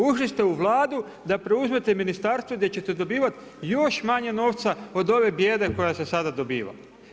Ušli ste u Vladu da preuzmete ministarstvo gdje ćete dobivati još manje novca od ove bijede koja se sada dobiva.